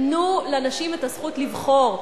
תנו לנשים את הזכות לבחור.